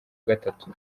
gatatu